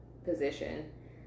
position